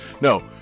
No